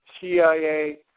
CIA